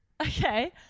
Okay